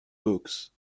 books